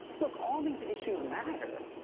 look, all these issues matter.